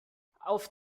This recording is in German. auf